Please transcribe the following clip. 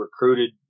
recruited